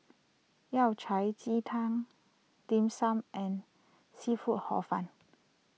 Yao Cai Ji Tang Dim Sum and Seafood Hor Fun